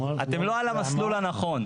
אתם לא על המסלול הנכון.